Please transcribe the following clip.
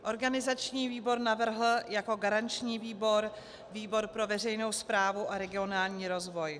Organizační výbor navrhl jako garanční výbor výbor pro veřejnou správu a regionální rozvoj.